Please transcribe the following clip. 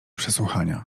przesłuchania